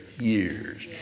years